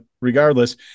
regardless